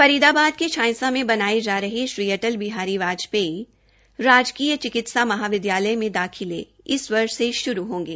फरीदाबाद के छांयसा में बनाए जा रहे श्री अटल बिहारी वाजपेयी राजकीय चिकित्सा महाविद्यालय में दाखिले इसी वर्ष से श्रू होंगे